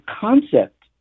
concept